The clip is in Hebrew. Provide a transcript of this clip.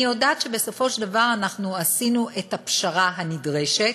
אני יודעת שבסופו של דבר אנחנו עשינו את הפשרה הנדרשת,